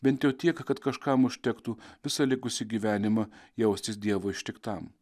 bent jau tiek kad kažkam užtektų visą likusį gyvenimą jaustis dievo ištiktam